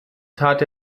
tat